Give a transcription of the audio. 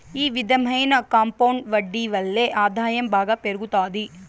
ఈ విధమైన కాంపౌండ్ వడ్డీ వల్లే ఆదాయం బాగా పెరుగుతాది